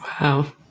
Wow